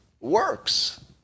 works